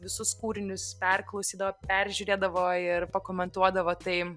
visus kūrinius perklausydavo peržiūrėdavo ir pakomentuodavo tai